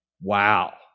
Wow